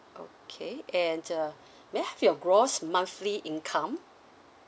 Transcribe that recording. okay and uh may I have your gross monthly income